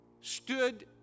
stood